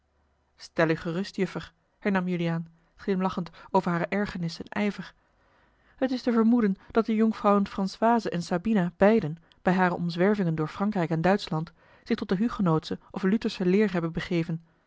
stel u gerust juffer hernam juliaan glimlachend over hare ergernis en ijver het is te vermoeden dat de jonkvrouwen françoise en sabina beiden bij hare omzwervingen door frankrijk en duitschland zich tot de hugenootsche of luthersche leer hebben begeven